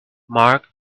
mark